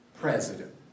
president